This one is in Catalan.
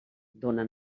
dóna